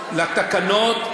לתקנות,